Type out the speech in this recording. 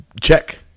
check